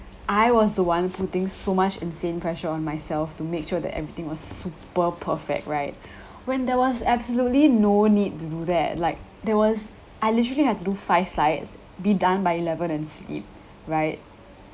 I was the one putting so much insane pressure on myself to make sure that everything was super perfect right when there was absolutely no need to do that like there was I literally had to do five slides be done by eleven and sleep right